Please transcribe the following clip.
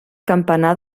campanar